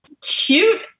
cute